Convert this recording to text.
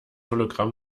hologramm